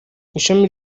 ishami